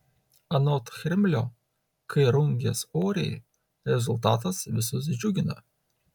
anot chrimlio kai rungies oriai rezultatas visus džiugina